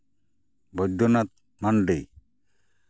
ᱵᱳᱫᱽᱫᱚᱱᱟᱛᱷ ᱢᱟᱱᱰᱤ